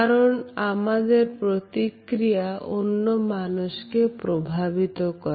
কারণ আমাদের প্রতিক্রিয়া অন্য মানুষকে প্রভাবিত করে